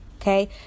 Okay